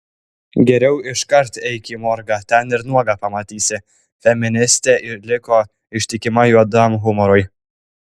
geriau iškart eik į morgą ten ir nuogą pamatysi feministė liko ištikima juodam humorui